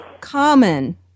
common